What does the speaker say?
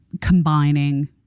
combining